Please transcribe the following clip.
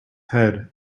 head